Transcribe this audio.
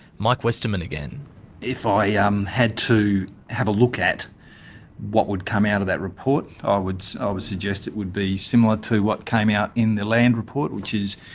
mike westerman if i ah um had to have a look at what would come out of that report ah i would suggest it would be similar to what came out in the land report, which is,